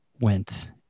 went